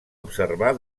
observar